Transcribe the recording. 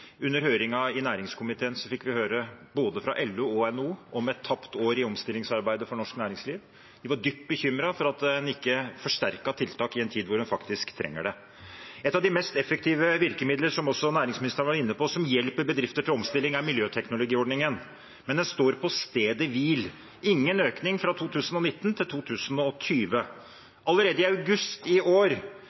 Under høringen i næringskomiteen fikk vi høre, både fra LO og NHO, om et tapt år i omstillingsarbeidet for norsk næringsliv. De var dypt bekymret for at en ikke forsterket tiltak i en tid da en faktisk trenger det. Et av de mest effektive virkemidler, som også næringsministeren var inne på, som hjelper bedrifter til omstilling, er miljøteknologiordningen, men den står på stedet hvil: ingen økning fra 2019 til 2020. Allerede i august i år